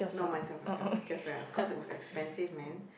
no myself myself just went because it was expensive man